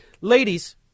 Ladies